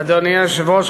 אדוני היושב-ראש,